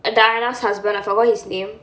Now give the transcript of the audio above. diana's husband I forgot his name